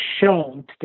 shown